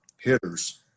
hitters